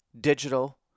digital